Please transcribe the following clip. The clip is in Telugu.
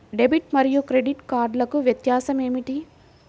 డెబిట్ మరియు క్రెడిట్ కార్డ్లకు వ్యత్యాసమేమిటీ?